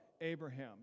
Abraham